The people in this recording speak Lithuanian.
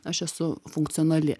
aš esu funkcionali